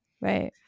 right